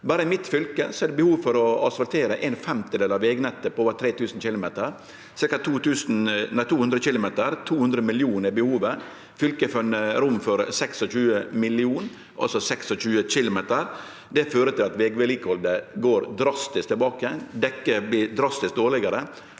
Berre i mitt fylke er det behov for å asfaltere ein femtedel av vegnettet på over 3 000 km – ca. 200 km, og 200 mill. kr er behovet. Fylket har funne rom for 26 mill. kr, altså 26 km. Det fører til at vegvedlikehaldet går drastisk tilbake, dekket vert drastisk dårlegare,